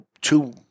two